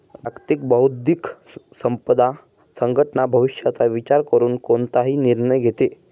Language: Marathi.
जागतिक बौद्धिक संपदा संघटना भविष्याचा विचार करून कोणताही निर्णय घेते